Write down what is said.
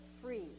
free